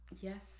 yes